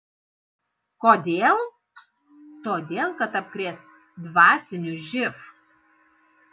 kodėl todėl kad apkrės dvasiniu živ